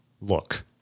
look